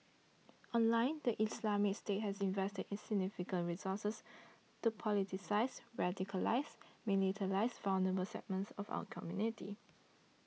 online the Islamic State has invested significant resources to politicise radicalise and militarise vulnerable segments of our community